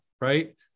right